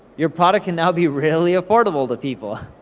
your product can now be really affordable to people.